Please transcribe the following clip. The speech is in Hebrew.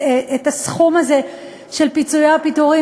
את הסכום הזה של פיצויי הפיטורים.